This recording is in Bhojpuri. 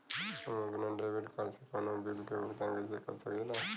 हम अपने डेबिट कार्ड से कउनो बिल के भुगतान कइसे कर सकीला?